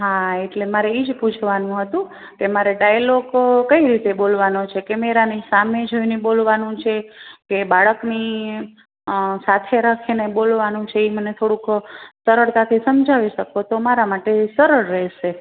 હા એટલે મારે એ જ પૂછવાનું હતું કે મારે ડાઈલોગ કઈ રીતે બોલવાનો છે કેમેરાની સામે જોઈને બોલવાનું છે કે બાળકની સાથે રાખીને બોલવાનો છે એ મને થોડુંક સરળતાથી સમજાવી શકો તો મારા માટે સરળ રહેશે